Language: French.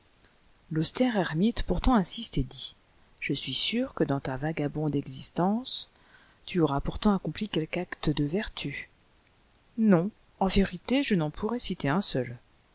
viole l'austère ermite pourtant insiste et dit je suis sur que dans ta vagabonde existence tu auras pourtant accompli quelque acte de vertu non en vérité je n'en pourrais citer un seul